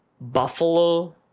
buffalo